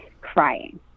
crying